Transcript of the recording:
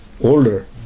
older